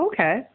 Okay